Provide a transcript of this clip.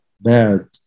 bad